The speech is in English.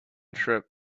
trip